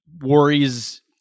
worries